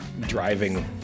driving